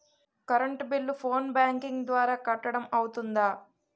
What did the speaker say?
Current bill phone banking ద్వారా కట్టడం అవ్తుందా?